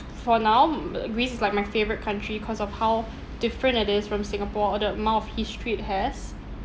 for now mm greece is like my favourite country cause of how different it is from singapore uh the amount of history it has